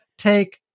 take